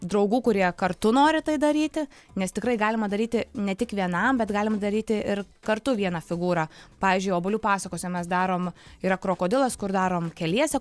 draugų kurie kartu nori tai daryti nes tikrai galima daryti ne tik vienam bet galim daryti ir kartu vieną figūrą pavyzdžiui obuolių pasakose mes darom yra krokodilas kur darom keliese